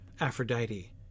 Aphrodite